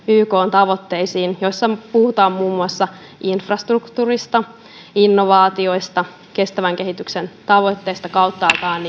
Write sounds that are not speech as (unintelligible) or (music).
tavoitteisiin joissa puhutaan muun muassa infrastruktuurista innovaatioista kestävän kehityksen tavoitteista kauttaaltaan (unintelligible)